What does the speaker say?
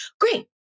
Great